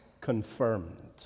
confirmed